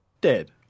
dead